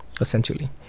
essentially